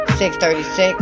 636